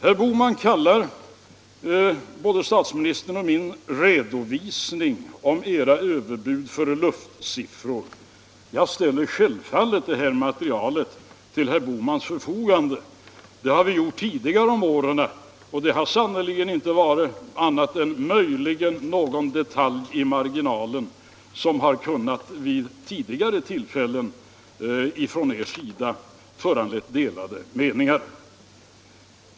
Herr Bohman kallar både statsministerns och min redovisning av hans överbud för luftsiffror. Jag ställer självfallet det här materialet till herr Bohmans förfogande. Detta har vi gjort förr om åren, och det har sannerligen inte varit annat än möjligen någon detalj i marginalen som vid tidigare tillfällen har kunnat föranleda delade meningar.